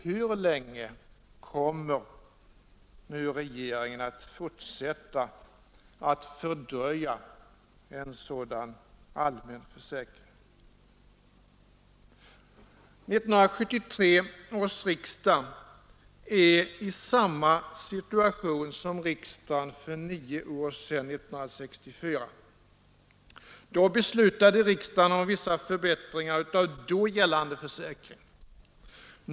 Hur länge kommer nu regeringen att fortsätta att fördröja en sådan allmän försäkring? 1973 års riksdag är i samma situation som riksdagen för nio år sedan 1964. Då beslutade riksdagen om vissa förbättringar av då gällande försäkring.